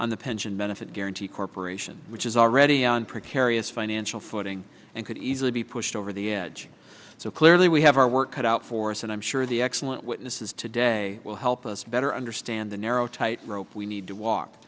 on the pension benefit guaranty corporation which is already on precarious financial footing and could easily be pushed over the edge so clearly we have our work cut out for us and i'm sure the excellent witnesses today will help us better understand the narrow tight rope we need to walk